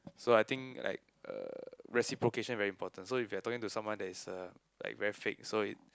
so I think like uh reciprocation very important so if you talking to someone that is uh like very fake so it